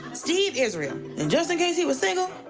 steve israel, and just in case he was single,